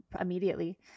immediately